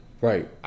Right